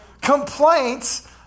Complaints